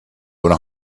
one